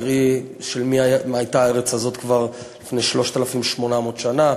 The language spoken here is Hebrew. תראי של מי הייתה הארץ הזאת כבר לפני 3,800 שנה.